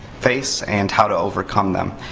face, and how to overcome them.